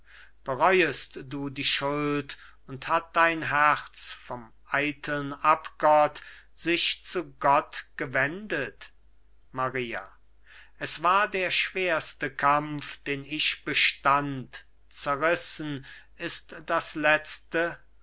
bereuest du die schuld und hat dein herz vom eiteln abgott sich zu gott gewendet maria es war der schwerste kampf den ich bestand zerrissen ist das letzte